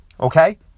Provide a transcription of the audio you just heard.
Okay